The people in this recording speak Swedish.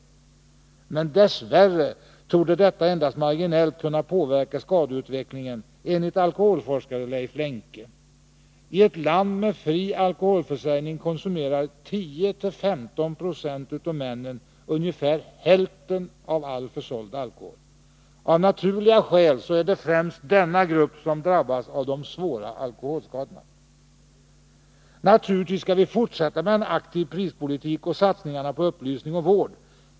Men dess värre torde detta endast marginellt kunna påverka skadeutvecklingen, enligt alkoholforskaren Leif Lenke. I ett land med fri alkoholförsörjning konsumerar 10-15 96 av männen ungefär hälften av all försåld alkohol. Av naturliga skäl är det främst denna grupp som drabbas av de svåra alkoholskadorna. Naturligtvis skall vi fortsätta med en aktiv prispolitik och satsningarna på upplysning och vård.